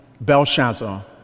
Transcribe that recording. Belshazzar